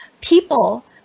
people